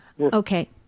Okay